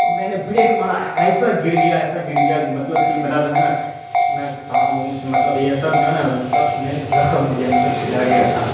تو میں نے بڑیک مارا ایسا گر گیا ایسا گر گیا مطلب کہ میرا جو ہے نا میں ٹانگ اونگ سے مطلب یہ سب جو ہے نا سب میں زخم ہو گیا مطلب چھلا گیا تھا